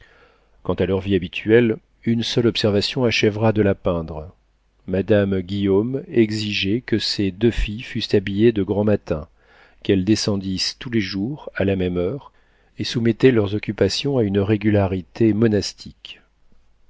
quant à leur vie habituelle une seule observation achèvera de la peindre madame guillaume exigeait que ses deux filles fussent habillées de grand matin qu'elles descendissent tous les jours à la même heure et soumettait leurs occupations à une régularité monastique